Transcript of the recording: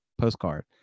postcard